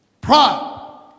Pride